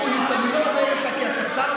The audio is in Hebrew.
אין לכם תשובה,